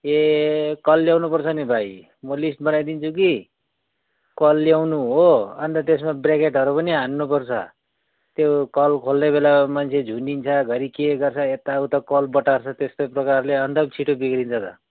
ए कल ल्याउनु पर्छ नि भाइ म लिस्ट बनाइदिन्छु कि कल ल्याउनु हो अन्त त्यसमा ब्रेकेटहरू पनि हान्नुपर्छ त्यो कल खोल्ने बेलामा मान्छे झुन्डिन्छ घरी के गर्छ यता उता कल बटार्छ त्यस्तै प्रकारले अन्त पो छिटो बिग्रिन्छ त